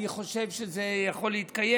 ואני חושב שזה יכול להתקיים.